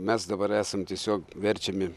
mes dabar esam tiesiog verčiami